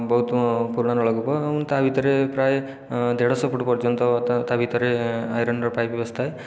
ବହୁତ ପୁରୁଣା ନଳକୂପ ଏବଂ ତା' ଭିତରେ ପ୍ରାୟ ଦେଢ଼ଶହ ଫୁଟ ପର୍ଯ୍ୟନ୍ତ ତା' ତା'ଭିତରେ ଆଇରନ୍ର ପାଇପ ବସିଥାଏ